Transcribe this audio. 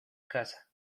casa